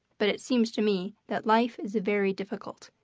but it seems to me that life is very difficult,